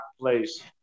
place